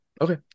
okay